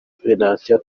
venantia